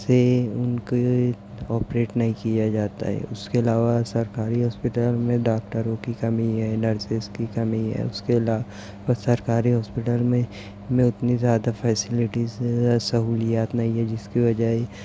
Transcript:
سے ان کے کاپریٹ نہیں کیا جاتا ہے اس کے علاوہ سرکاری ہاسپیٹل میں ڈاکٹروں کی کمی ہے نرسیس کی کمی ہے اس کے علاوہ سرکاری ہاسپٹل میں میں اتنی زیادہ فیسلٹیز سہولیات نہیں ہے جس کے بجائے